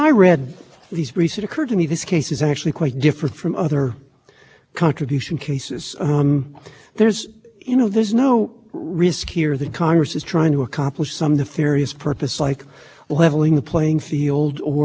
recent occurred to me this case is actually quite different from other contribution can there's you know there's no risk here that congress is trying to accomplish some of the theories purpose like leveling the playing field or limiting the amount of money in